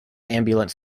ambulance